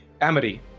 Amity